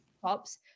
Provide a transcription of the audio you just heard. tops